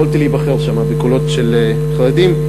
יכולתי להיבחר שם בקולות של חרדים.